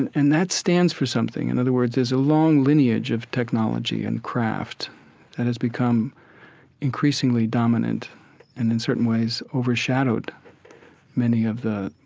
and and that stands for something. in other words, there's a long lineage of technology and craft that and has become increasingly dominant and in certain ways overshadowed many of the,